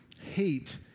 hate